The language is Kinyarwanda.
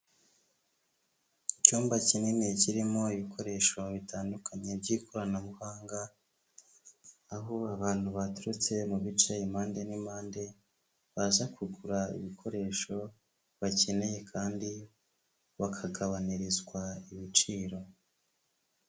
Icyumba kinini kirimo ibikoresho bitandukanye by'ikoranabuhanga, aho abantu baturutse mu bice impande n'impande baza kugura ibikoresho bakeneye kandi bakagabanirizwa ibiciro.